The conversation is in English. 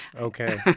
okay